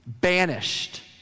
Banished